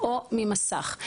או ממסך.